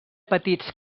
petits